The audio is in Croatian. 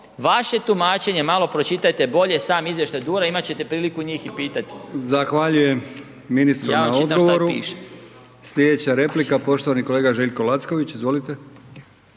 Vaše tumačenje, malo pročitajte bolje sam izvještaj DUR-a imat ćete priliku njih i pitati. **Brkić, Milijan (HDZ)** Zahvaljujem ministru na odgovoru. Slijedeća replika poštovani kolega Željko Lacković, izvolite.